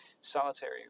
solitary